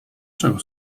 czego